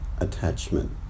attachment